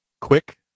quick